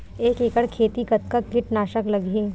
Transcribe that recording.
एक एकड़ खेती कतका किट नाशक लगही?